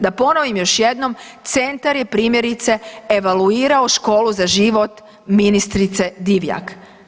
Da ponovim još jednom, centar je primjerice evaluirao školu za život ministrice Divjak.